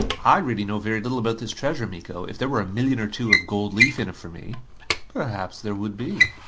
i really know very little about this treasure, miko. if there were a million or two of gold leaf in it for me perhaps there would be.